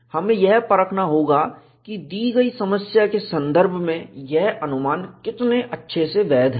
हमें यह परखना होगा कि दी गई समस्या के संदर्भ में यह अनुमान कितना अच्छे से वैध है